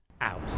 out